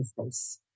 space